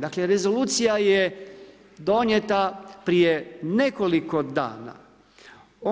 Dakle rezolucija je donijeta prije nekoliko dana,